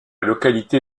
localité